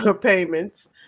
payments